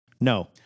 No